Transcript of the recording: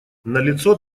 налицо